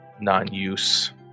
non-use